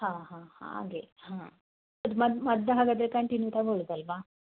ಹಾಂ ಹಾಂ ಹಾಗೆ ಹಾಂ ಮದ್ದು ಮದ್ದು ಹಾಗಾದ್ರೆ ಕಂಟಿನ್ಯೂ ತಗೊಳ್ಳೋದಲ್ವಾ